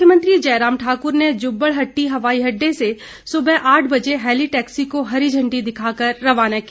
मुख्यमंत्री जयराम ठाक्र ने जुब्बड़हट्टी हवाई अड्डे से सुबह आठ बजे हेली टैक्सी को हरी झंडी दिखाकर रवाना किया